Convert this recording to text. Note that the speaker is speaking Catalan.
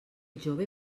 jove